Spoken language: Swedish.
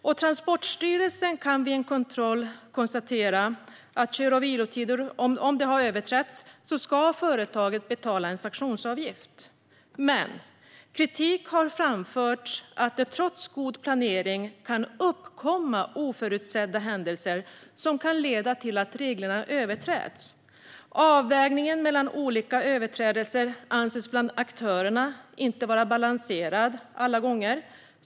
Om Transportstyrelsen vid en kontroll konstaterar att kör och vilotider har överträtts ska företaget betala en sanktionsavgift. Kritik har dock framförts att det trots god planering kan uppkomma oförutsedda händelser som kan leda till att reglerna överträds. Avvägningen mellan olika överträdelser anses bland aktörerna inte alla gånger vara balanserad.